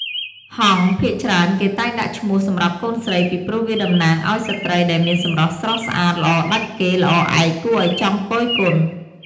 ហង្ស ភាគច្រើនគេតែងដាក់ឈ្មោះសម្រាប់កូនស្រី ពីព្រោះវាតំណាងឱ្យស្រ្តីដែលមានសម្រស់ស្រស់ស្អាតល្អដាច់គេ ល្អឯកគួរឱ្យចង់គយគន់។